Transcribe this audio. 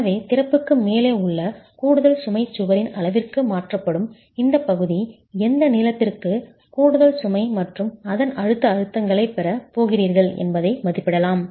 எனவே திறப்புக்கு மேலே உள்ள கூடுதல் சுமை சுவரின் அளவிற்கு மாற்றப்படும் இந்த பகுதி எந்த நீளத்திற்கு கூடுதல் சுமை மற்றும் அதன் அழுத்த அழுத்தங்களைப் பெறப் போகிறீர்கள் என்பதை மதிப்பிடலாம்